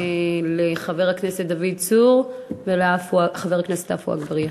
לחבר הכנסת דוד צור ולחבר הכנסת עפו אגבאריה.